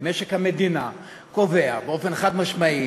משק המדינה קובע באופן חד-משמעי